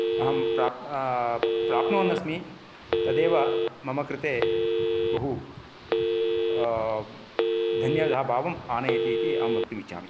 अहं प्रा प्राप्नुवन्नस्मि तदेव मम कृते बहु धन्यदाभावम् आनयति इति अहं वक्तुम् इच्छामि